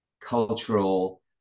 cultural